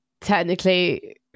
technically